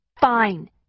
Fine